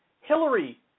Hillary